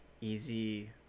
easy